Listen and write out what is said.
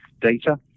data